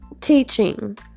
teaching